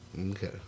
Okay